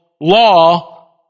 law